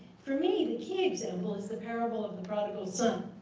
for me, the key example is the parable of the prodigal son.